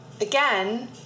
Again